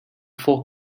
full